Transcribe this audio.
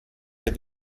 der